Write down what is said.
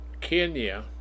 Kenya